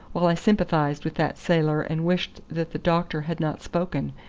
while i sympathised with that sailor and wished that the doctor had not spoken,